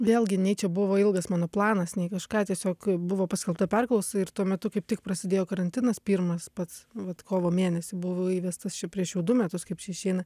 vėlgi nei čia buvo ilgas mano planas nei kažką tiesiog buvo paskelbta perklausa ir tuo metu kaip tik prasidėjo karantinas pirmas pats vat kovo mėnesį buvo įvestas čia prieš jau du metus kaip čia išeina